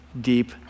deep